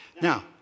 Now